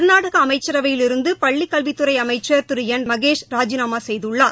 கா்நாடக அமைச்சரவையில் இருந்து பள்ளிக் கல்வித்துறை அமைச்சர் திரு என் மகேஷ் ராஜினாமா செய்குள்ளார்